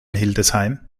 hildesheim